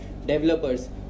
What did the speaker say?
Developers